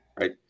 right